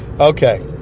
Okay